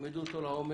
תלמדו אותו לעומק,